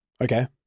Okay